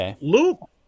Luke